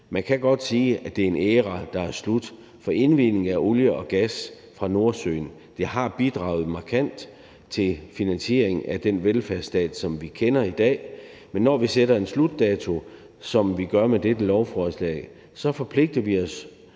Man kan godt sige, at det er en æra, der er slut, for indvindingen af olie og gas fra Nordsøen har bidraget markant til finansieringen af den velfærdsstat, som vi kender i dag, men når vi sætter en slutdato, som vi gør med dette lovforslag, så forpligter vi os